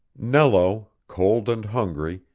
nello, cold and hungry,